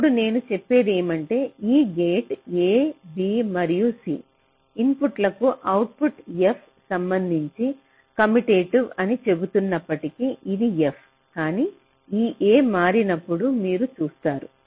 ఇప్పుడు నేను చెప్పేది ఏమంటే ఈ గేట్ A B మరియు C ఇన్పుట్లకు అవుట్పుట్ f సంబంధించి కమ్యుటేటివ్ అని చెబుతున్నప్పటికీ ఇది f కానీ ఈ A మారినప్పుడు మీరు చూస్తారు